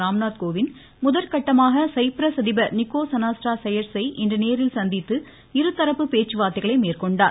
ராம்நாத் கோவிந்த் முதற்கட்டமாக சைப்ரஸ் அதிபர் குடியரசு நிகோஸ் சையட்ஸை இன்று நேரில் அனாஸ்டா சந்தித்து இருதரப்பு பேச்சுவார்த்தைகளை மேற்கொண்டார்